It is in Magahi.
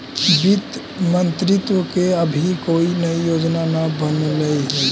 वित्त मंत्रित्व ने अभी कोई नई योजना न बनलई हे